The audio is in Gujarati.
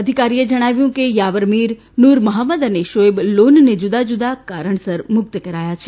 અધિકારીએ જણાવ્યું હતું કે યાવર મીર નૂર મહંમદ અને શોએબ લોનને જુદાં જુદાં કારણસર મુક્ત કરાયા છે